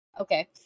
Okay